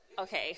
Okay